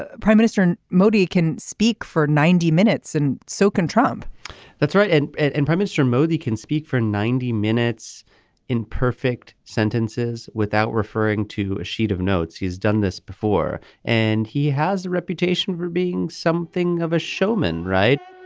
ah prime minister modi can speak for ninety minutes and so can trump that's right. and and prime minister modi can speak for ninety minutes in perfect sentences without referring to a sheet of notes. he's done this before and he has a reputation for being something of a showman right